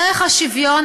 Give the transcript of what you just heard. ערך השוויון,